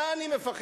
מה אני מפחד,